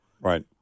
right